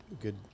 good